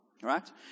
Right